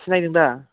सिनायदों दा